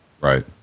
Right